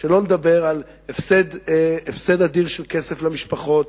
שלא לדבר על הפסד אדיר של כסף למשפחות,